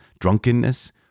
drunkenness